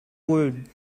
world